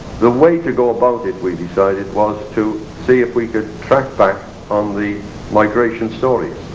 the way to go about it, we decided, was to see if we could track back on the migration stories.